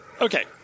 Okay